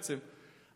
בעצם.